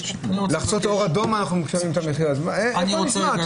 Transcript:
על לחצות אור אדום אנחנו משלמים את המחיר איפה זה נשמע?